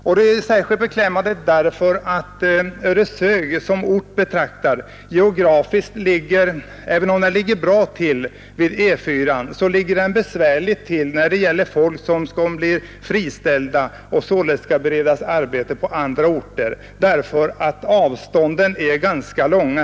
Detta är särskilt beklämmande eftersom Ödeshög, även om det ligger bra till vid E 4, ändå har ett besvärligt läge när det gäller att bereda de friställda arbete på andra orter, därför att avstånden är ganska långa.